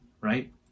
right